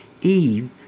Eve